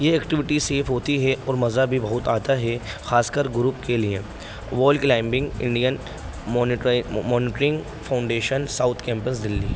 یہ activity safe ہوتی ہے اور مزہ بھی بہت آتا ہے خاص کر گروپ کے لیے wall climbing Indian mountaineering foundation south campus دلی